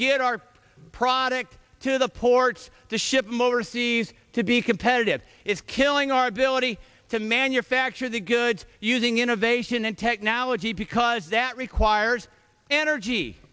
get our product to the ports to ship motor seas to be competitive is killing our ability to manufacture the goods using innovation and technology because that requires energy